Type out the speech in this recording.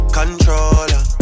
controller